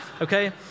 Okay